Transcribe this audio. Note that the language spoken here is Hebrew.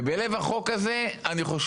כשאתה מביא חוק כזה שאין